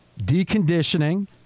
deconditioning